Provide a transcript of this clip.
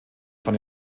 von